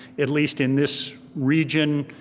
at least in this region,